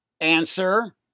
Answer